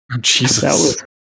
Jesus